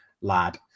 lad